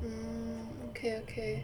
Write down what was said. mm okay okay